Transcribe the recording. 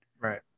Right